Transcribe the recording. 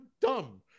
dumb